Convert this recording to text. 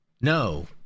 No